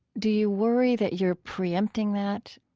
do you worry that you're preempting that?